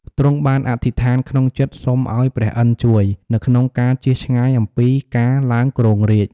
ទ្រង់បានអធិដ្ឋានក្នុងចិត្តសុំឱ្យព្រះឥន្ទ្រជួយ នៅក្នុងការជៀសឆ្ងាយអំពីការឡើងគ្រោងរាជ្យ។